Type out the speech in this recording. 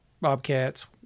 bobcats